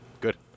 Good